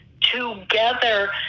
together